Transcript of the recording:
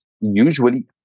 Usually